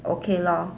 okay loh